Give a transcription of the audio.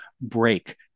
break